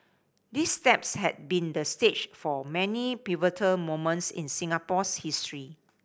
these steps had been the stage for many pivotal moments in Singapore's history